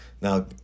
now